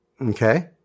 Okay